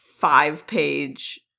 five-page